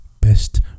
best